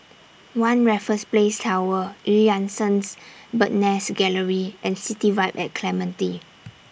one Raffles Place Tower EU Yan Sang Bird's Nest Gallery and City Vibe At Clementi